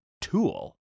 tool